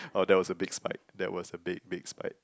oh that was a big spike that was a big big spike